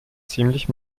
ziemlich